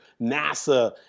NASA